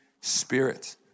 Spirit